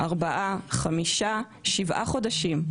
ארבעה ואף שבעה חודשים.